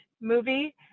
movie